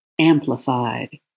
amplified